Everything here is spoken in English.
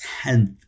tenth